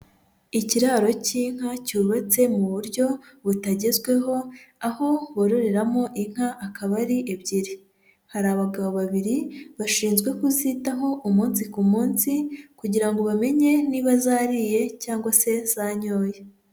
Ikiraro cy'inka cyubatse mu buryo butagezweho, aho bororeramo inka akaba ari ebyiri. Hari abagabo babiri bashinzwe kuzitaho umunsi ku munsi, kugira ngo bamenye niba zariye cyangwa se zanyoye.